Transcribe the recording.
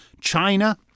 China